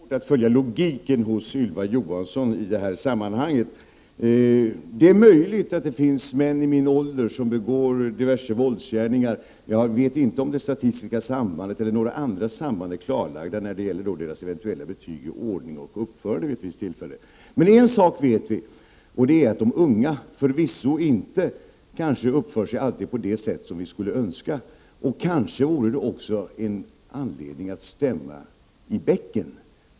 Herr talman! Jag har litet svårt att följa logiken hos Ylva Johansson i det här sammanhanget. Det är möjligt att det finns män i min ålder som begår diverse våldsgärningar, men jag vet inte om det statistiska sambandet eller några andra samband är klarlagda när det gäller deras eventuella betyg i ordning och uppförande vid ett visst tillfälle. Men en sak vet vi, och det är att de unga förvisso inte alltid uppför sig på det sätt som vi skulle önska, och kanske vore det också anledning att stämma i bäcken.